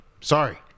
Sorry